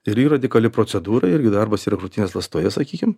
ir ji radikali procedūra irgi darbas yra krūtinės ląstoje sakykim